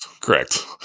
Correct